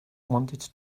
wanted